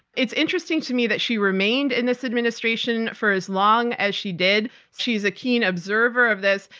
it's interesting to me that she remained in this administration for as long as she did. she is a keen observer of this.